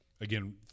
again